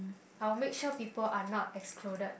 I'll make sure people are not excluded